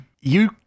you-